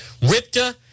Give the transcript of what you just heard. RIPTA